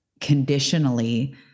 conditionally